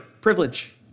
privilege